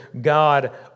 God